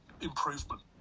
improvement